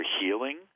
healing